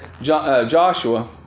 Joshua